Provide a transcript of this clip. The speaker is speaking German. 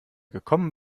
gekommen